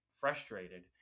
frustrated